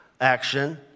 action